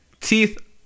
teeth